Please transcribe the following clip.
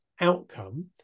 outcome